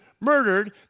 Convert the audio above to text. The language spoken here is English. murdered